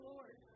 Lord